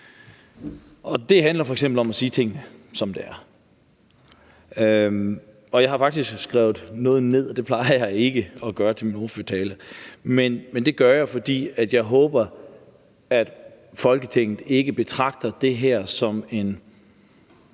Det handler f.eks. om at sige tingene, som de er. Jeg har faktisk skrevet noget ned, og det plejer jeg ikke at gøre til mine ordførertaler, men det har jeg gjort, fordi jeg håber, at Folketinget ikke betragter det her som en